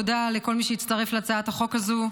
תודה לכל מי שהצטרף להצעת החוק הזו: